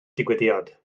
digwyddiad